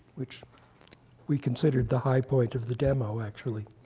which we considered the high point of the demo actually